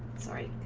sorry.